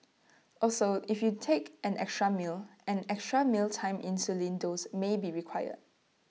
also if you take an extra meal an extra mealtime insulin dose may be required